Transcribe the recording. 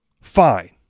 fine